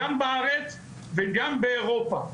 גם בארץ וגם באירופה.